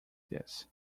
this